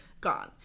gone